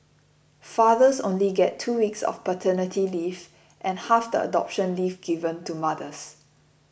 fathers only get two weeks of paternity leave and half the adoption leave given to mothers